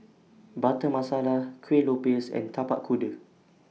Butter Masala Kueh Lopes and Tapak Kuda